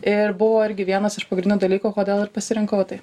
ir buvo irgi vienas iš pagrindinių dalykų kodėl ir pasirinkau tai